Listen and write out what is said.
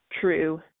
true